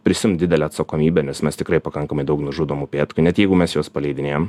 prisiimt didelę atsakomybę nes mes tikrai pakankamai daug nužudom upėtakių net jeigu mes juos paleidinėjam